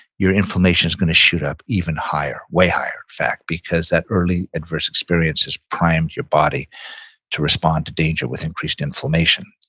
your inflammation is going to shoot up even higher, way higher in fact, because that early adverse experience has primed your body to respond to danger with increased inflammation.